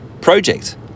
project